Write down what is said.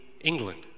England